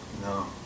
No